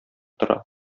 тора